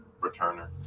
returner